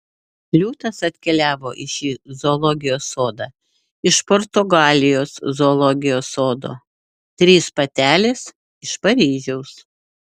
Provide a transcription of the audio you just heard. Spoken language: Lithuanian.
liūtas atkeliavo į šį zoologijos sodą iš portugalijos zoologijos sodo trys patelės iš paryžiaus